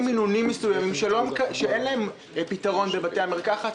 מינונים מסוימים שאין אותם בבתי המרקחת,